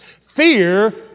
Fear